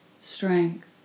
strength